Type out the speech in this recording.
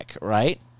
right